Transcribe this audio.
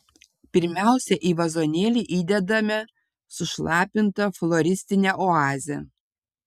pirmiausia į vazonėlį įdedame sušlapintą floristinę oazę